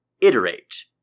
iterate